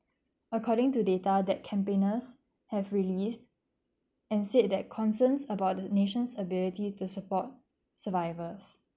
according to data that campaigners have released and said that concerns about the nation's ability to support survivals